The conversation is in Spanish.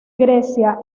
grecia